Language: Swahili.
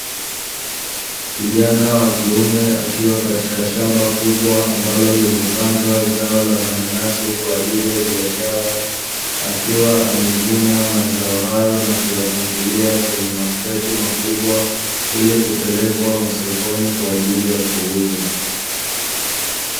Kijana wa kiume akiwa katika shamba kubwa ambalo limepandwa zao la mananasi kwa ajili ya biashara, akiwa amevuna mazao hayo na kuyapangilia kwenye makreti makubwa ili kupelekwa masokoni kwa ajili ya kuuzwa.